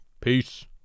Peace